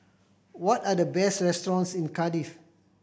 what are the best restaurants in Cardiff